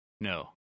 No